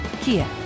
Kia